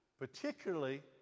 particularly